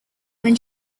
when